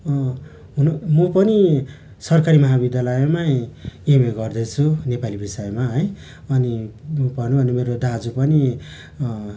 हुनु म पनि सरकारी महाविद्यालयमै एमए गर्दैछु नेपाली विषयमा है अनि भनौँ भने मेरो दाजु पनि